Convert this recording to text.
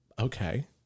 Okay